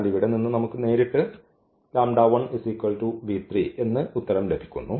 അതിനാൽ ഇവിടെ നിന്ന് തന്നെ നമുക്ക് നേരിട്ട് എന്ന് ഉത്തരം ലഭിക്കുന്നു